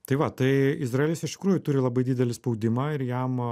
tai va tai izraelis iš tikrųjų turi labai didelį spaudimą ir jam